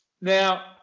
Now